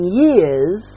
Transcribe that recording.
years